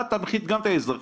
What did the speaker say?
אתה תנחית גם את האזרחי,